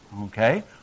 Okay